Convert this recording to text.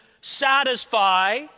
satisfy